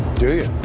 do you?